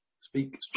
speak